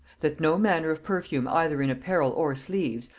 that no manner of perfume either in apparel or sleeves,